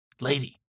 lady